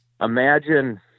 imagine